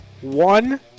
one